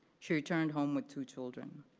she returned home with two children.